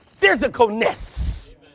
physicalness